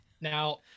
Now